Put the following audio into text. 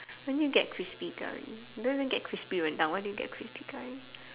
when do you get crispy curry you don't even get crispy Rendang why do you get crispy curry